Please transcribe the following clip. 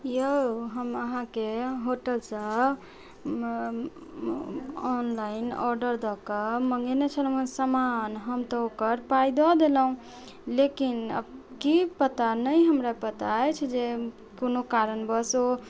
यौ हम अहाँके होटलसँ ऑनलाइन ऑर्डर दकऽ मँगेने छलहुॅं है समान हम तऽ ओकर पाइ दय देलहुॅं लेकिन कि पता नहि हमरा पता अछि जे कोनो कारणवश ओ